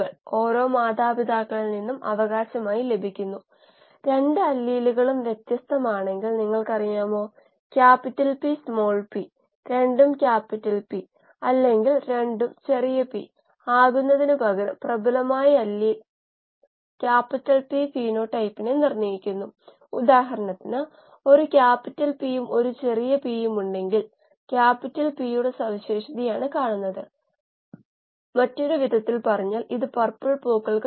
എന്നിട്ട് ഒരു ബയോറിയാക്ടറിൽ ഒരുപക്ഷേ 1 ലിറ്റർ 2 ലിറ്റർ ബയോറിയാക്ടർ അല്ലെങ്കിൽ ലാബിൽ തന്നെ നമ്മൾക്കു 10 20 ലിറ്റർ ബയോറിയാക്റ്റർ ഉണ്ടെങ്കിൽ അവിടെ 10 മടങ്ങ് സ്കെയിൽ അപ്പ് നടക്കുന്നു